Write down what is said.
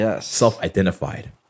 self-identified